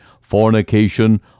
fornication